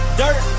dirt